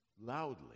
loudly